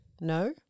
No